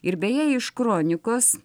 ir beje iš kronikos